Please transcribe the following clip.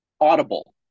Audible